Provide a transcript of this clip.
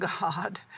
God